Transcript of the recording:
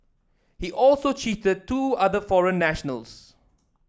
he also cheated the two other foreign nationals